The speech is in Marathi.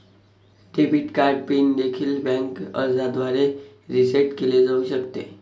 डेबिट कार्ड पिन देखील बँक अर्जाद्वारे रीसेट केले जाऊ शकते